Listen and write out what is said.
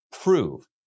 prove